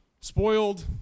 spoiled